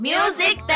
Music